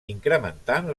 incrementant